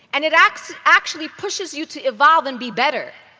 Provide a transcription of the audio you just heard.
and it actually actually pushes you to evolve and be better.